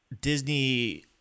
Disney